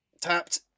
Tapped